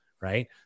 right